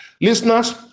Listeners